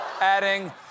Adding